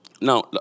now